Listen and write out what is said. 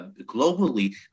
globally